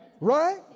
Right